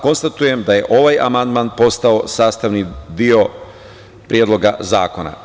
Konstatujem da je ovaj amandman postao sastavni deo Predloga zakona.